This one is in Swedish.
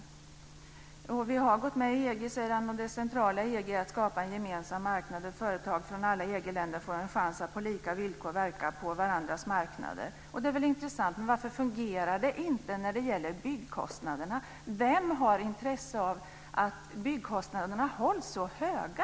Han säger vidare: "Vi har gått med i EG. Det centrala i EG är att skapa en gemensam marknad där företag från alla EG-länder får en chans att på lika villkor verka på varandras marknader." Det är väl intressant. Men varför fungerar det inte när det gäller byggkostnaderna? Vem har intresse av att byggkostnaderna hålls så höga?